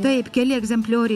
taip keli egzemplioriai